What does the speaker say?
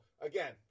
again